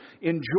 enjoy